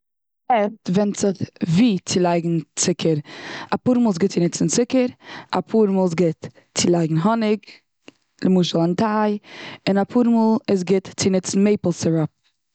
עכט ווענדט זיך ווי צו לייגן צוקער. אפאר מאל איז גוט צו נוצן צוקער. אפאר מאל איז גוט צו לייגן האניג, למשל און טיי. און אפאר מאל איז גוט צו ניצן מעיפל סיראפ.